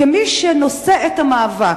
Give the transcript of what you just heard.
שהם מי שנושאים את המאבק.